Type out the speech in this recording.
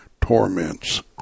torments